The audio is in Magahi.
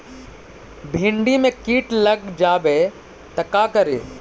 भिन्डी मे किट लग जाबे त का करि?